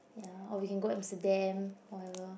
ya or we can go Amsterdam whatever